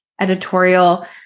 editorial